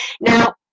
Now